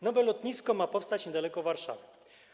Nowe lotnisko ma powstać niedaleko Warszawy.